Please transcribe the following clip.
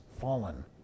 fallen